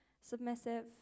submissive